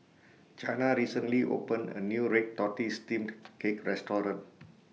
Chana recently opened A New Red Tortoise Steamed Cake Restaurant